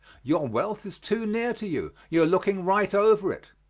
your wealth is too near to you you are looking right over it.